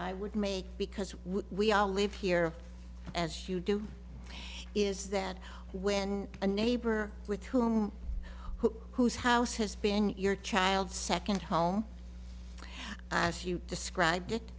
i would make because we all live here as you do is that when a neighbor with whom who whose house has been your child's second home as you describe it